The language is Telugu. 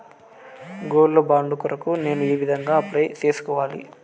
గోల్డ్ బాండు కొరకు నేను ఏ విధంగా అప్లై సేసుకోవాలి?